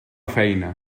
feina